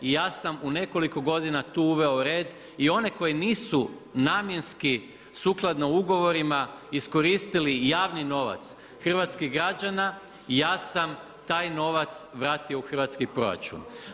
I ja sam u nekoliko godina tu uveo red i one koji nisu namjenski sukladno ugovorima iskoristili javni novac hrvatskih građana ja sam taj novac vratio u hrvatski proračun.